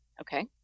okay